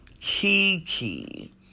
Kiki